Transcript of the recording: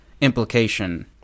implication